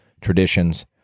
traditions